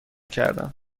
کردم